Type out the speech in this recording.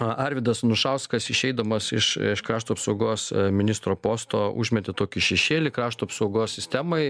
arvydas anušauskas išeidamas iš iš krašto apsaugos ministro posto užmetė tokį šešėlį krašto apsaugos sistemai